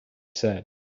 said